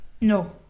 no